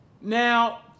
Now